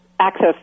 access